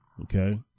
okay